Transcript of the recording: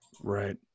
Right